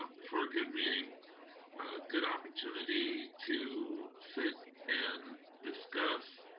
ah for a good meeting, a good opportunity to sit and discuss